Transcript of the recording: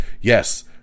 yes